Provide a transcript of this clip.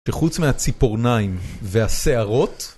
וחוץ מהציפורניים והשערות